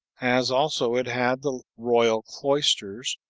as also it had the royal cloisters,